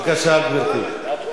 בבקשה, גברתי.